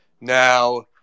Now –